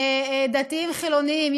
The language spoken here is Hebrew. דתיים וחילונים,